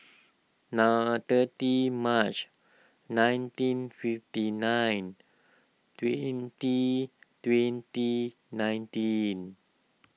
na thirty March nineteen fifty nine twenty twenty nineteen